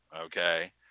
okay